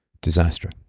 disaster